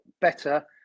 better